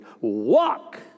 walk